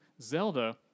Zelda